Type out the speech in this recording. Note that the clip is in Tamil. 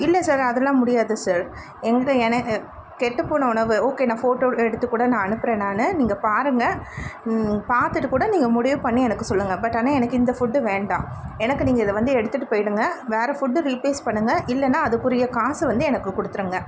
இல்லை சார் அதெல்லாம் முடியாது சார் எங்கள் என கெட்டு போன உணவு ஓகே நான் ஃபோட்டோ எடுத்து கூட நான் அனுப்புகிறேன் நான் நீங்கள் பாருங்கள் பார்த்துட்டு கூட நீங்கள் முடிவு பண்ணி எனக்கு சொல்லுங்கள் பட் ஆனால் எனக்கு இந்த ஃபுட்டு வேண்டாம் எனக்கு நீங்கள் இதை வந்து எடுத்துட்டு போயிடுங்கள் வேற ஃபுட்டு ரீப்ளேஸ் பண்ணுங்கள் இல்லைன்னா அதுக்குரிய காசை வந்து எனக்கு கொடுத்துருங்க